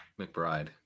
McBride